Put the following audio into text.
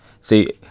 See